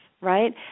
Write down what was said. right